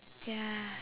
ya